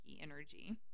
energy